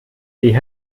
die